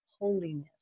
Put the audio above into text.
holiness